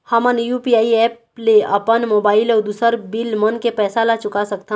हमन UPI app ले अपन मोबाइल अऊ दूसर बिल मन के पैसा ला चुका सकथन